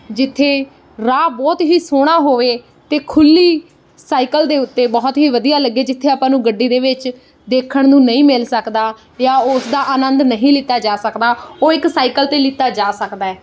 ਜਿੱਥੇ ਰਾਹ ਬਹੁਤ ਹੀ ਸੋਹਣਾ ਹੋਵੇ ਅਤੇ ਖੁੱਲ੍ਹੀ ਸਾਈਕਲ ਦੇ ਉੱਤੇ ਬਹੁਤ ਹੀ ਵਧੀਆ ਲੱਗੇ ਜਿੱਥੇ ਆਪਾਂ ਨੂੰ ਗੱਡੀ ਦੇ ਵਿੱਚ ਦੇਖਣ ਨੂੰ ਨਹੀਂ ਮਿਲ ਸਕਦਾ ਜਾਂ ਉਸਦਾ ਆਨੰਦ ਨਹੀਂ ਲਿਆ ਜਾ ਸਕਦਾ ਉਹ ਇੱਕ ਸਾਈਕਲ 'ਤੇ ਲਿਆ ਜਾ ਸਕਦਾ ਹੈ